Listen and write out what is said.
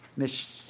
ms.